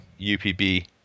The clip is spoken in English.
UPB